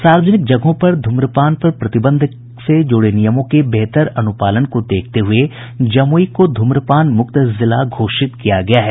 सार्वजनिक जगहों पर धूम्रपान पर प्रतिबंध से जुड़े नियमों के बेहतर अनुपालन को देखते हुये जमुई को ध्रम्रपान मुक्त जिला घोषित किया गया है